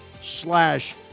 slash